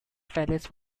palace